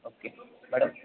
okay madam